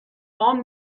پام